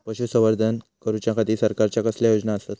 पशुसंवर्धन करूच्या खाती सरकारच्या कसल्या योजना आसत?